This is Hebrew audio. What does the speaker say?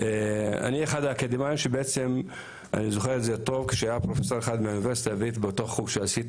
אני זוכר שהיה פרופסור באוניברסיטה העברית בחוג שעשיתי